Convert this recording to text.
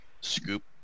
Scoop